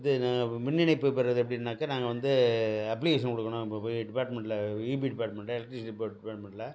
இது நாங்கள் மின் இணைப்பு பெறுவது எப்படின்னாக்கா நாங்கள் வந்து அப்ளிகேஷன் கொடுக்கணும் நம்ம போய் டிபார்ட்மெண்ட்டில் ஈபி டிபார்ட்மெண்ட்டில் எலெக்ட்ரிசிடி போர்ட் டிபார்ட்மெண்ட்டில்